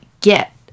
get